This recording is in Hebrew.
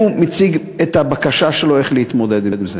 הוא מציג את הבקשה שלו, איך להתמודד עם זה?